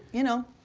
you know.